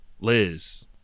Liz